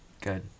Good